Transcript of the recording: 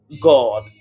god